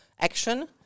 action